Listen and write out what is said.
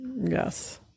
Yes